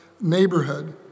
neighborhood